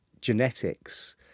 genetics